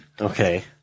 Okay